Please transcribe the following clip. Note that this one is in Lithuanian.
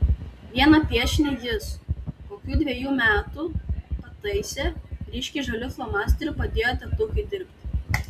vieną piešinį jis kokių dvejų metų pataisė ryškiai žaliu flomasteriu padėjo tėtukui dirbti